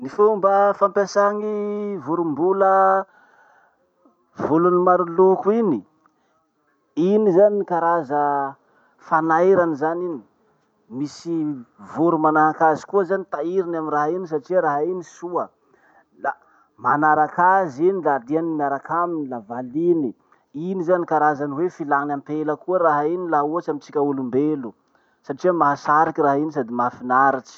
Ny fomba fampiasà ny vorombola volony maroloko iny: Iny zany karaza fanairany zany iny, misy voro manahak'azy koa zany tairiny amy raha iny satria raha iny soa. La manarak'azy iny la liany miarak'aminy la valiny. Iny zany karazany hoe filany ampela koa raha iny laha ohatsy amitsika olombelo satria mahasariky raha iny sady mahafinaritsy.